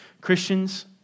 Christians